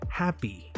happy